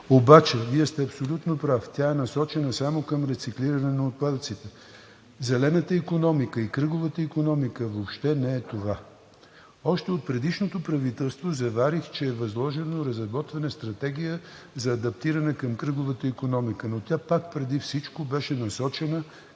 обаче Вие сте абсолютно прав – тя е насочена само към рециклиране на отпадъците. Зелената икономика и кръговата икономика въобще не е това. Още от предишното правителство заварих, че е възложено разработване на Стратегия за адаптиране към кръговата икономика, но тя пак преди всичко беше насочена